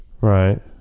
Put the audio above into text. Right